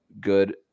good